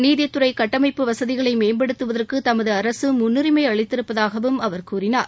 நீதித்துறை கட்டமைப்பு வசதிகளை மேம்படுத்தவதற்கு தமது அரசு முன்னுிமை அளித்திருப்பதாகவும் அவர் கூறினார்